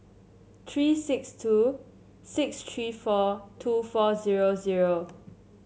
tree six two six tree four two four zero zero